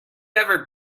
ever